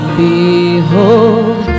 behold